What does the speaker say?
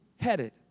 headed